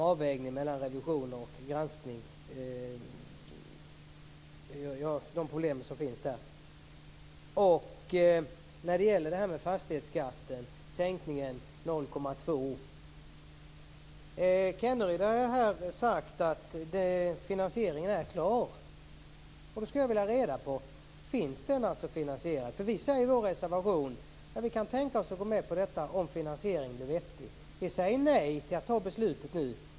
Sedan var det sänkningen, 0,2, av fastighetsskatten. Kenneryd har sagt att finansieringen är klar. Då skulle jag vilja få veta: Finns det alltså finansiering för det här? Vi säger ju i vår reservation att vi kan tänka oss att gå med på detta om finansieringen är vettig. Vi säger nej till att fatta beslutet nu.